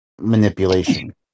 manipulation